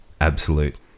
absolute